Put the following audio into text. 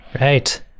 Right